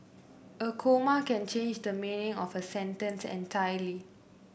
a comma can change the meaning of a sentence entirely